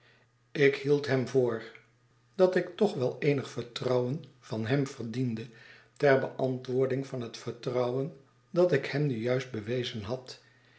ik hield hem voor dat ik toch wel eenig vertrouwen van hem verdiende ter beantwoording van het vertrouwen dat ik hem nu juist bewezen had